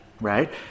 right